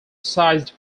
sized